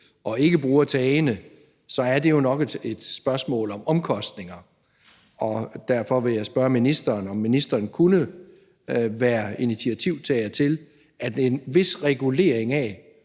og ikke bruger tagene, er det nok et spørgsmål om omkostninger. Derfor vil jeg spørge ministeren, om ministeren kunne være initiativtager til en vis regulering af,